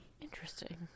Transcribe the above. interesting